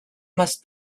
must